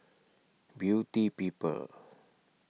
Beauty People